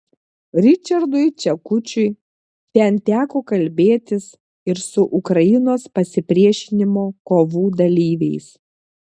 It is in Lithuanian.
ričardui čekučiui ten teko kalbėtis ir su ukrainos pasipriešinimo kovų dalyviais